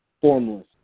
formless